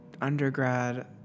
undergrad